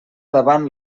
davant